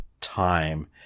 time